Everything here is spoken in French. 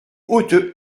hautes